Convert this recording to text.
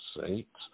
saints